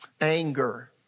anger